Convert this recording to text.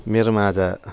मेरोमा आज